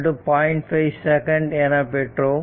5 second என பெற்றோம்